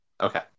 Okay